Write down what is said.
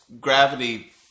gravity